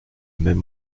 même